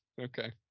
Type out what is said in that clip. okay